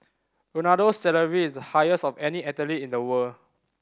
Ronaldo's salary is the highest of any athlete in the world